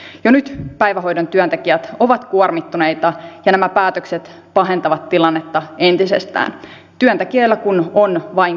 jo nyt päivähoidon työntekijät ovat kuormittuneita ja nämä päätökset pahentavat tilannetta entisestään työntekijöillä kun on vain kaksi kättä